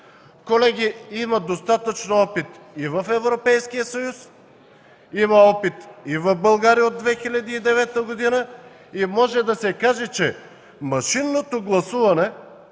колеги, има достатъчно опит и в Европейския съюз, има опит и в България от 2009 г. и може да се каже, че машинното гласуване